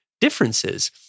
differences